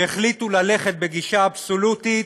שהחליטו ללכת בגישה אבסולוטית,